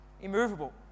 Immovable